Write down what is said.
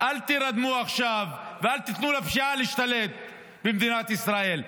אל תירדמו עכשיו ואל תיתנו לפשיעה להשתלט במדינת ישראל.